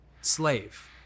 slave